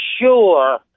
sure